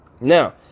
now